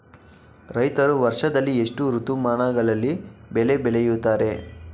ರೈತರು ವರ್ಷದಲ್ಲಿ ಎಷ್ಟು ಋತುಮಾನಗಳಲ್ಲಿ ಬೆಳೆ ಬೆಳೆಯುತ್ತಾರೆ?